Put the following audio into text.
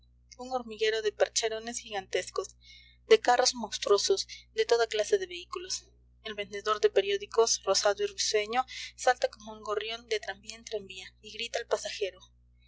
un hormiguero de percherones gigantescos de carros monstruosos de toda clase de vehículos el vendedor de periódicos rosado y risueño salta como un gorrión de tranvía en tranvía y grita al pasajero